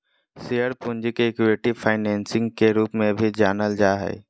share पूंजी के equity financing के रूप में भी जानल जा हइ